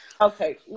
Okay